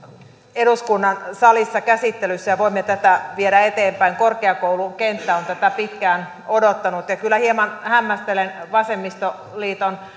eduskunnan salissa käsittelyssä ja voimme tätä viedä eteenpäin korkeakoulukenttä on tätä pitkään odottanut kyllä hieman hämmästelen vasemmistoliiton